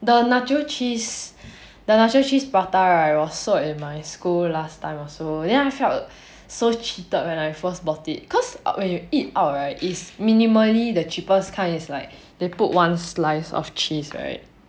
the nacho cheese the nacho cheese prata right was sold in my my school last time also then I felt so cheated when I first bought it cause when you eat out right it's minimally the cheapest kind is like they put one slice of cheese right